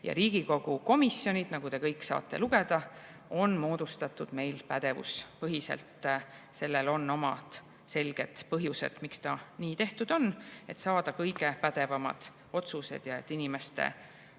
Riigikogu komisjonid, nagu te kõik saate lugeda, on moodustatud meil pädevuspõhiselt. Sellel on oma selged põhjused, miks see nii tehtud on: et saada kõige pädevamad otsused ja et inimeste huvid